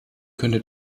könnte